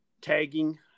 tagging